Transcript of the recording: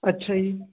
ਅੱਛਾ ਜੀ